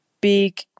big